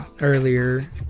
earlier